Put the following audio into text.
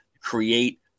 create